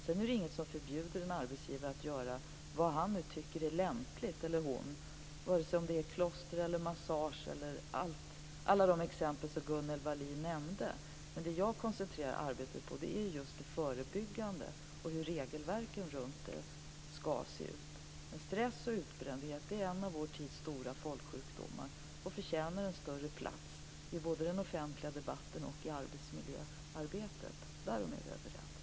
Sedan är det inget som förbjuder en arbetsgivare att göra vad han eller hon nu tycker är lämpligt, oavsett om det är kloster, massage eller något annat av alla de exempel som Gunnel Wallin nämnde. Det jag koncentrerar arbetet på är just det förebyggande och frågan om hur regelverket runt det ska se ut. Stress och utbrändhet är en av vår tids stora folksjukdomar och förtjänar en större plats i både den offentliga debatten och i arbetsmiljöarbetet. Därom är vi överens.